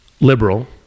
liberal